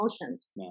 emotions